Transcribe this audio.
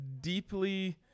deeply